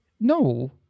no